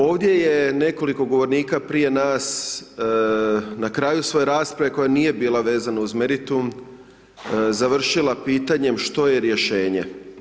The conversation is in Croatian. Ovdje je nekoliko govornika prije nas, na kraju svoje rasprave koja nije bila vezana uz meritum, završila pitanjem što je rješenje.